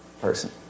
person